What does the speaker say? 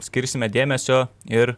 skirsime dėmesio ir